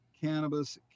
cannabis